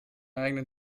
eigenen